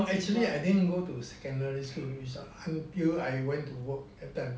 actually I didn't go to secondary school until I go to work that time